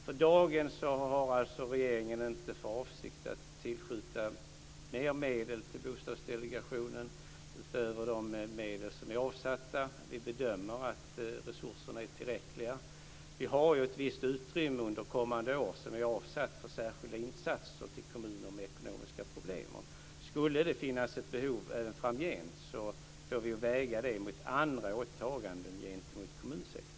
För dagen har alltså inte regeringen för avsikt att tillskjuta mer medel till Bostadsdelegationen utöver de medel som är avsatta. Vi bedömer att resurserna är tillräckliga. Vi har ju ett visst utrymme under kommande år som är avsatt till särskilda insatser för kommuner med ekonomiska problem. Skulle det finnas ett behov även framgent får vi ju väga det mot andra åtaganden gentemot kommunsektorn.